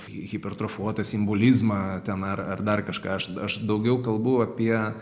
hipertrofuotą simbolizmą ten ar ar dar kažką aš aš daugiau kalbu apie